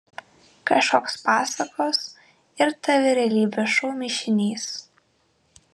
kažkoks pasakos ir tv realybės šou mišinys